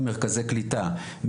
ממרכזי קליטה,